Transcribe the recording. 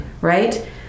Right